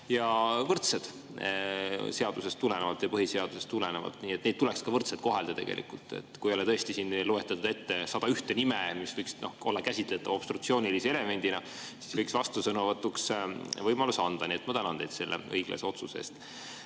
ja võrdsed seadusest ja põhiseadusest tulenevalt. Neid tuleks ka võrdselt kohelda. Kui ei ole tõesti siin loetud ette 101 nime, mis võiks olla käsitletav obstruktsioonilise elemendina, siis võiks vastusõnavõtuks võimaluse anda. Nii et ma tänan teid selle õiglase otsuse